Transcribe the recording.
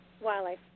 wildlife